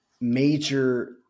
major